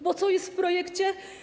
Bo co jest w projekcie?